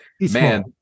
man